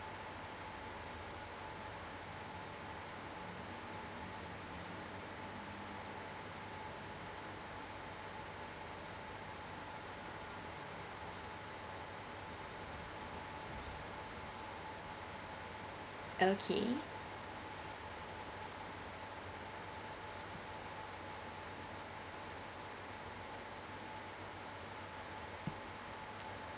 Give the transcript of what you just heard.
okay